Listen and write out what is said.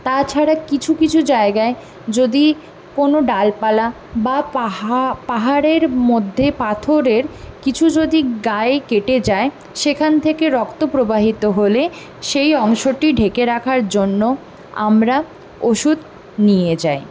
তাছাড়া কিছু কিছু জায়গায় যদি কোনও ডালপালা বা পাহাড়ের মধ্যে পাথরে কিছু যদি গায়ে কেটে যায় সেখান থেকে রক্ত প্রবাহিত হলে সেই অংশটি ঢেকে রাখার জন্য আমরা ওষুধ নিয়ে যাই